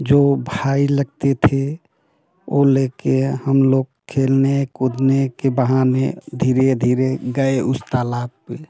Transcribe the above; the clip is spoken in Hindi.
जो भाई लगते थे वह ले कर हम लोग खेलने कूदने के बहाने धीरे धीरे गए उस तालाब पर